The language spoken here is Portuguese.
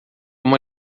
uma